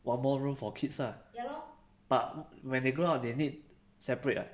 one more room for kids lah but when they grow up they need separate [what]